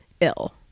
ill